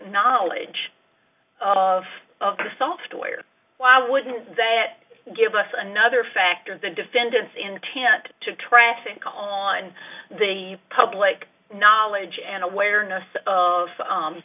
knowledge of the software why wouldn't that give us another factor is the defendant's intent to traffic on the public knowledge and awareness of